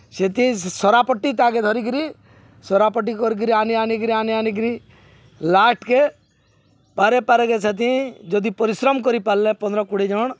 ସେଥିି ସରାପଟି ତାକେ ଧରିକିରି ସରାପଟି କରିକିରି ଆନି ଆନିକିରି ଆନି ଆନିକିରି ଲାଷ୍ଟ୍କେ ପାରେ ପାରେକେ ସେଥି ଯଦି ପରିଶ୍ରମ କରିପାର୍ଲେ ପନ୍ଦ୍ର କୁଡ଼େ ଜଣ୍